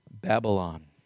Babylon